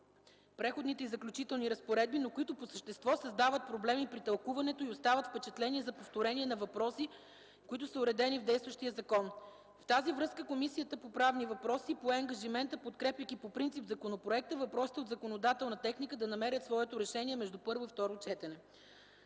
Преходните и заключителни разпоредби, но които по същество създават проблеми при тълкуването и остават впечатление за повторение на въпроси, които са уредени в действащия закон. В тази връзка Комисията по правни въпроси пое ангажимента, подкрепяйки по принцип законопроекта, въпросите от законодателната техника да намерят своето решение между първо и второ четене.